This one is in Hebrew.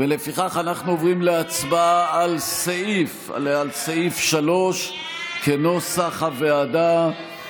ולפיכך אנחנו עוברים להצבעה על סעיף 3 כנוסח הוועדה.